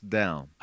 down